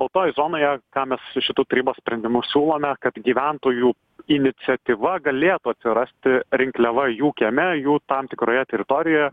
baltojoj zonoje ką mes su šitu tarybos sprendimu siūlome kad gyventojų iniciatyva galėtų atsirasti rinkliava jų kieme jų tam tikroje teritorijoje